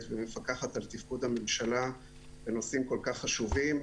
ומפקחת על תפקוד הממשלה בנושאים כל כך חשובים.